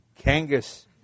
kangas